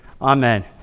Amen